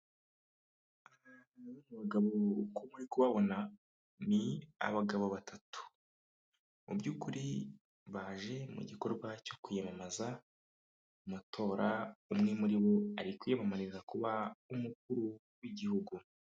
Aba bagabo uko muri kubabona, ni abagabo batatu. Mu by'kuri baje mu gikorwa cyo kwiyamamaza mu matora, umwe muri bo ari kwiyamamariza kuba umukuru w'igihugu.